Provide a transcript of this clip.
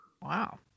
Wow